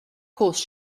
course